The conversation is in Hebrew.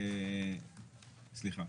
סליחה.